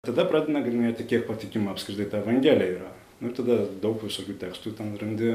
tada pradedi nagrinėti kiek patikima apskritai ta evangelija yra nu ir tada daug visokių tekstų ten randi